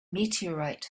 meteorite